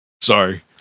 Sorry